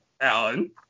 Alan